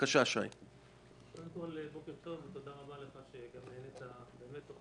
תודה רבה לך על קיום